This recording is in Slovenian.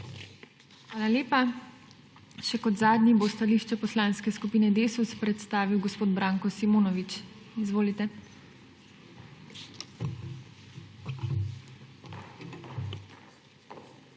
Hvala lepa. Še kot zadnji bo stališče Poslanske skupine Desus predstavil gospod Branko Simonovič. Izvolite. **BRANKO